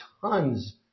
tons